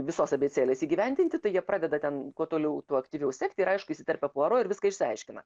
visos abėcėlės įgyvendinti tai jie pradeda ten kuo toliau tuo aktyviau sekti ir aišku įsiterpia puaro ir viską išsiaiškina